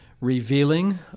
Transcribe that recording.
revealing